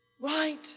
Right